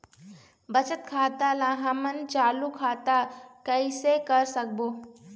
बचत खाता ला हमन चालू खाता कइसे कर सकबो?